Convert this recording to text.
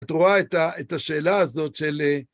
את רואה את השאלה הזאת של...